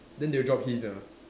then they'll drop hint ah